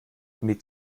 mit